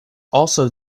also